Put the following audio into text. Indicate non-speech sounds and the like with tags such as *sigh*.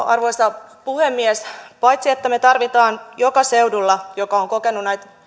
*unintelligible* arvoisa puhemies paitsi että me tarvitsemme joka seudulla joka on kokenut näitä